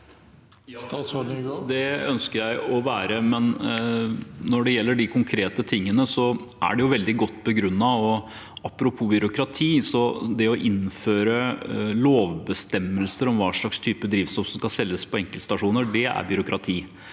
Ja, det ønsker jeg å være, men når det gjelder de konkrete tingene, er de veldig godt begrunnet. Og apropos byråkrati: Det å innføre lovbestemmelser om hva slags drivstoff som skal selges på enkeltstasjoner, er byråkrati.